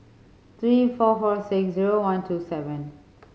three four four six zero one two seven